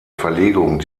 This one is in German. verlegung